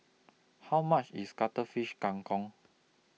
How much IS Cuttlefish Kang Kong